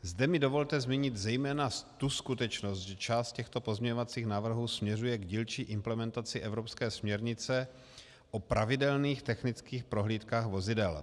Zde mi dovolte zmínit zejména tu skutečnost, že část těchto pozměňovacích návrhů směřuje k dílčí implementaci evropské směrnice o pravidelných technických prohlídkách vozidel.